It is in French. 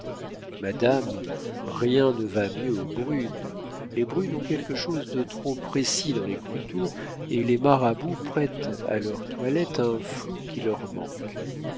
madame rien ne va mieux aux brunes les brunes ont quelque chose de trop précis dans les contours et les marabouts prêtent à leur toilette un flou qui leur manque